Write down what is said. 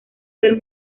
del